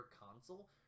console